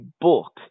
book